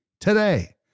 today